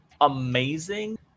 amazing